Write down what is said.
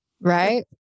right